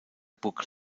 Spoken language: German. burg